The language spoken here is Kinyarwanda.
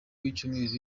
w’icyumweru